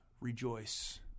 rejoice